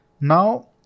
Now